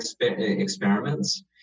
experiments